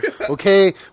okay